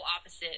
opposite